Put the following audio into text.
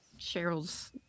Cheryl's